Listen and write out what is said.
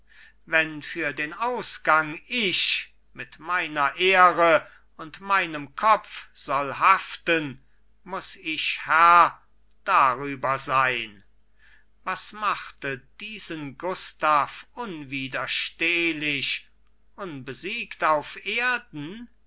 wenn für den ausgang ich mit meiner ehre und meinem kopf soll haften muß ich herr darüber sein was machte diesen gustav unwiderstehlich unbesiegt auf erden